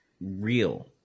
real